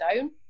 own